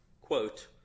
quote